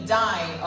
die